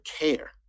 care